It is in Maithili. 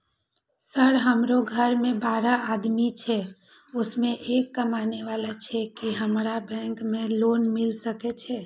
सर हमरो घर में बारह आदमी छे उसमें एक कमाने वाला छे की हमरा बैंक से लोन मिल सके छे?